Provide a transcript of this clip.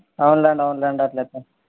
అవును లేండి అవును లేండి అట్లయితే